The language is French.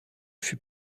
fut